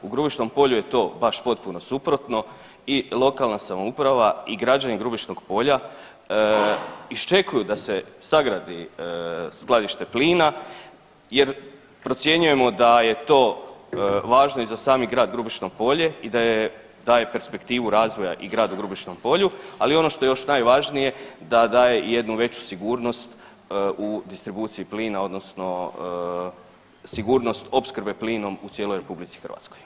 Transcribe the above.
U Grubišnom polju je to baš potpuno suprotno i lokalna samouprava i građani Grubišnog polja iščekuju da se sagradi skladište plina jer procjenjujemo da je to važno i za sam grad Grubišno polje i daje perspektivu razvoja i gradu Grubišnom polju, ali ono što je još najvažnije da daje jednu veću sigurnost u distribuciji plina odnosno sigurnost opskrbe plinom u cijeloj RH.